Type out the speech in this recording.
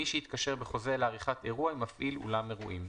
מי שהתקשר בחוזה לעריכת אירוע עם מפעיל אולם אירועים,